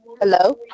Hello